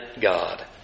God